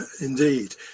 indeed